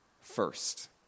first